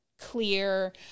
Clear